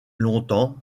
longtemps